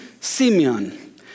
Simeon